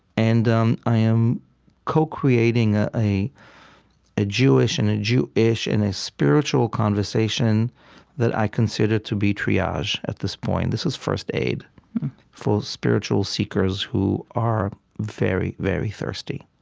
and um i am co-creating ah a ah jewish and a jew-ish and a spiritual conversation that i consider to be triage, at this point. this is first aid for spiritual seekers who are very, very thirsty